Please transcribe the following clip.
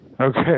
Okay